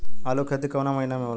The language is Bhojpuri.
आलू के खेती कवना महीना में होला?